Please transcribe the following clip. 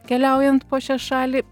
keliaujant po šią šalį